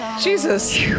Jesus